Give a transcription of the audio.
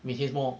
每天 more